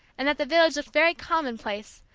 and that the village looked very commonplace,